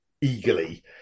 eagerly